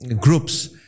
groups